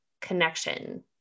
connection